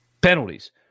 penalties